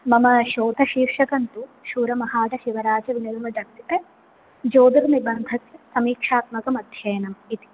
मम शोधशीर्षकं तु शूरमहादशिवराजविनिर्मिड कृत ज्योतिर्निबन्धस्य समीक्षात्मकम् अध्ययनम् इति